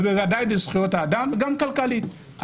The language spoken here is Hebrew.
ובוודאי בזכויות האדם, גם כלכלית.